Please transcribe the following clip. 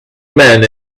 men